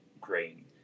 grain